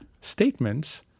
statements